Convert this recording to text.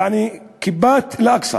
יעני כיפת אל-אקצא,